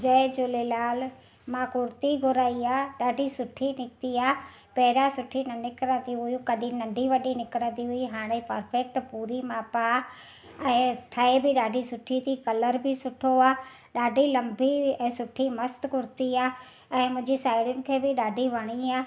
जय झूलेलाल मां कुर्ती घुराई आहे ॾाढी सुठी निकिती आहे पहिरियों सुठी न निकिरंदी हुयूं कढी नंढी वॾी निकरंदी हुई हाणे परफैक्ट पूरी माप आहे ऐं शइ बि ॾाढी सुठी कलर बि सुठो आहे ॾाढी लंबी ऐं सुठी मस्तु कुर्ती आहे ऐं मुंहिंजी साहेड़ियुनि खे बि ॾाढी वणी आहे